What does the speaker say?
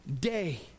day